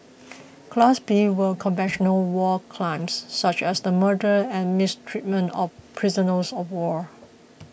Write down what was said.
class B were conventional war crimes such as the murder and mistreatment of prisoners of war